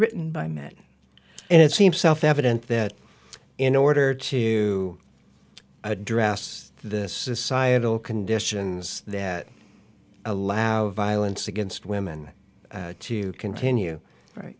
written by met and it seems self evident that in order to address this society all conditions that allow violence against women to continue right